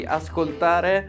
ascoltare